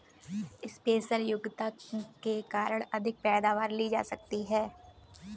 special योग्यता के कारण अधिक पैदावार ली जा सकती है